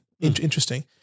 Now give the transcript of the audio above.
Interesting